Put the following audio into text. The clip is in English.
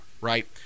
right